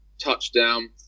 touchdown